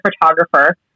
photographer